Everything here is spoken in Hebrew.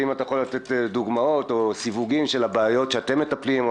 ואם אתה יכול לתת דוגמאות או סיווגים של הבעיות שאתם מטפלים בהן.